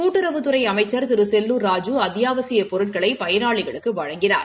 கூட்டுறவுத்துறை அமைச்ச் திரு செல்லுா் ராஜூ அத்தியாவசியப் பொருட்களை பயனாளிகளுக்கு வழங்கினார்